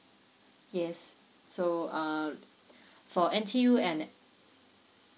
yes so um for N_T_U and